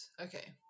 Okay